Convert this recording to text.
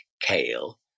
Kale